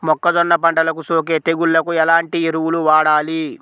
మొక్కజొన్న పంటలకు సోకే తెగుళ్లకు ఎలాంటి ఎరువులు వాడాలి?